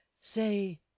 Say